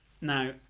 Now